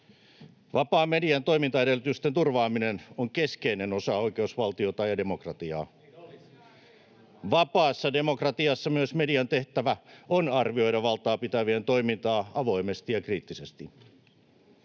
Vapaan median toimintaedellytysten turvaaminen on keskeinen osa oikeusvaltiota ja demokratiaa. Vapaassa demokratiassa myös median tehtävä on arvioida valtaa pitävien toimintaa avoimesti ja kriittisesti.